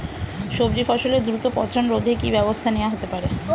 সবজি ফসলের দ্রুত পচন রোধে কি ব্যবস্থা নেয়া হতে পারে?